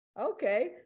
okay